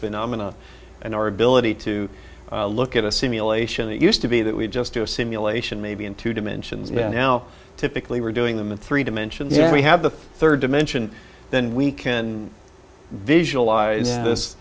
phenomena and our ability to look at a simulation that used to be that we just do a simulation maybe in two dimensions now typically we're doing them in three dimensions you know we have the third dimension then we can visualize this